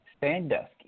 Sandusky